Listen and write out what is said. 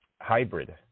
Hybrid